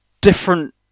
different